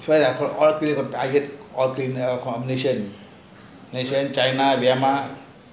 comission malaysia china myanmar